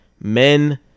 Men